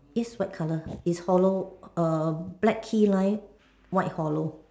yes white colour is hollow err black key line white hollow